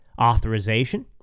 authorization